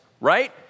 right